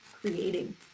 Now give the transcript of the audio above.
creating